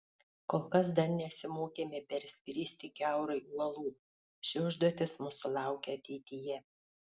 kol kas dar nesimokėme perskristi kiaurai uolų ši užduotis mūsų laukia ateityje